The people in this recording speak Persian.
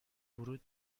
ورود